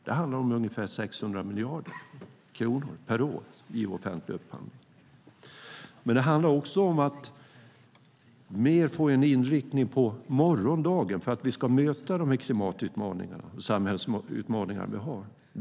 Det handlar om ungefär 600 miljarder kronor per år i offentlig upphandling. Men det handlar också om att mer få en inriktning på morgondagen för att vi ska kunna möta de klimatutmaningar och samhällsutmaningar vi har.